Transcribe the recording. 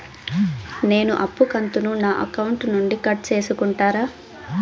నేను అప్పు కంతును నా అకౌంట్ నుండి కట్ సేసుకుంటారా?